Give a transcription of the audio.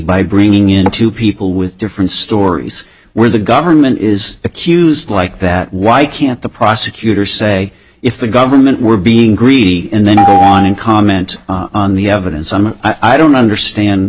by bringing in two people with different stories where the government is accused like that why can't the prosecutors say if the government were being greedy and then go on and comment on the evidence and i don't understand